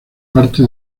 parte